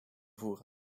voeren